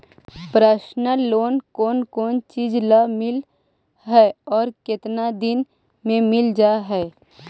Personal loan कोन कोन चिज ल मिल है और केतना दिन में मिल जा है?